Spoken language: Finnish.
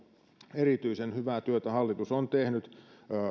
erityisen hyvää työtä hallitus on tehnyt